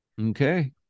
Okay